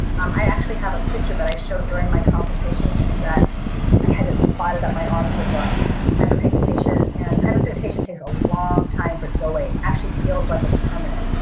i actually have a picture that i show during my consultations that i had to spotted up my arms with um hyperpigmentation. and hyperpigmentation takes a long time for to go away. actually feels like it's permanent.